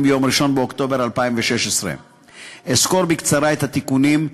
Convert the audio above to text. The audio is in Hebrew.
ביום 1 באוקטובר 2016. אסקור בקצרה את התיקונים,